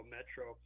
Metro